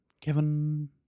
Kevin